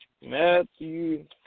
Matthew